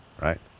right